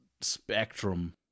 spectrum